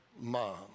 mom